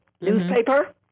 newspaper